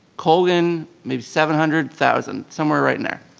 colgan maybe seven hundred thousand, somewhere right in there.